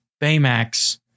Baymax